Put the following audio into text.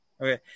Okay